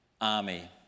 army